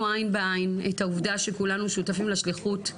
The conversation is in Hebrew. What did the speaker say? עין בעין את העובדה שכולנו שותפים לשליחות,